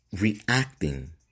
reacting